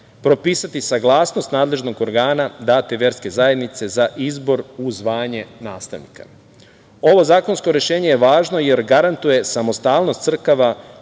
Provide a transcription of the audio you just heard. propisati saglasnost nadležnog organa date verske zajednice za izbor u zvanje nastavnika. Ovo zakonsko rešenje je važno, jer garantuje samostalnost crkava